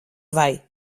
vai